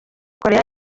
koreya